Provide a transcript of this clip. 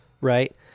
Right